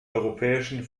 europäischen